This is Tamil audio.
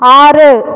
ஆறு